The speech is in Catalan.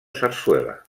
sarsuela